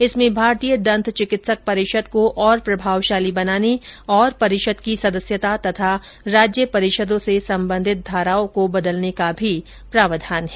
इसमें भारतीय दंत चिकित्सक परिषद को और प्रभावशाली बनाने तथा परिषद की सदस्यता तथा राज्य परिषदों से संबंधित धाराओं को बदलने का भी प्रावधान है